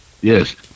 Yes